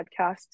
podcasts